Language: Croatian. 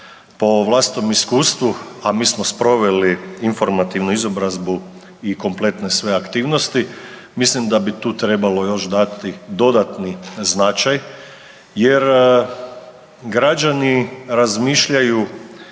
Po vlastitom iskustvu, a mi smo sproveli informativnu izobrazbu i kompletne sve aktivnosti, mislim da bi tu trebalo još dati dodatni značaj jer građani razmišljaju